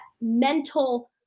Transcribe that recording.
mental